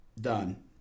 Done